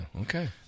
okay